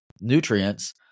nutrients